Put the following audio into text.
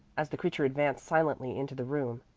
as the creature advanced silently into the room,